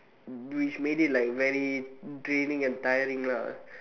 which made it like very draining and tiring lah